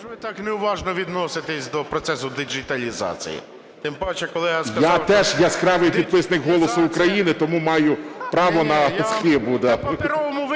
Я теж яскравий підписник "Голосу України", тому маю право на якусь хибу.